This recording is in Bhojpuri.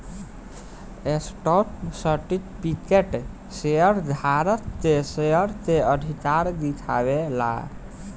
स्टॉक सर्टिफिकेट शेयर धारक के शेयर के अधिकार दिखावे ला